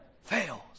fails